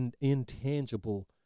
intangible